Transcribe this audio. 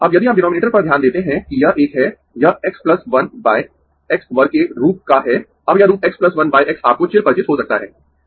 अब यदि आप डीनोमिनेटर पर ध्यान देते है कि यह एक है यह x 1 x वर्ग के रूप का है अब यह रूप x 1 x आपको चिरपरिचित हो सकता है